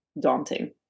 daunting